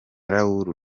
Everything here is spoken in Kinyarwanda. raoul